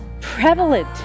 prevalent